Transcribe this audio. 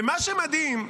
ומה שמדהים,